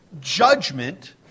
judgment